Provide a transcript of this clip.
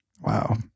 Wow